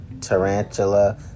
Tarantula